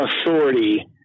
authority